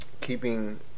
keeping